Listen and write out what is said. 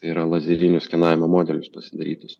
tai yra lazerinio skenavimo modelis pasidarytas